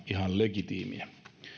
ihan legitiimiä